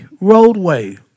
roadway